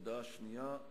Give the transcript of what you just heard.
הודעה שנייה.